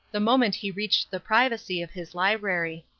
the moment he reached the privacy of his library.